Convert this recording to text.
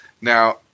Now